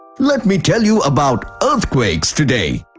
let me tell you about earthquakes today!